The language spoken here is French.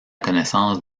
connaissance